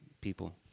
people